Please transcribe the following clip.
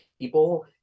people